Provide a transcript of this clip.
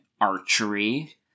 archery